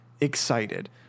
excited